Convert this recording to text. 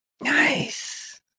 Nice